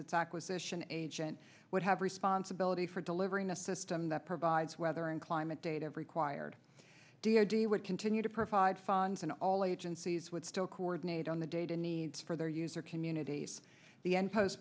its acquisition agent would have responsibility for delivering a system that provides weather and climate data of required d o d would continue to provide funds and all agencies would still coordinate on the data needs for their user communities the end post